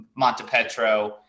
Montepetro